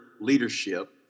leadership